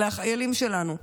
אלה החיילים שלנו,